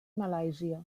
malàisia